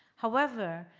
however,